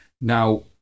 Now